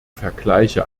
vergleiche